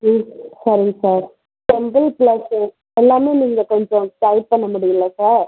ம் சரிங்க sir temple place எல்லாமே நீங்கள் கொஞ்சம் ட்ரை பண்ண முடியும்ல சார்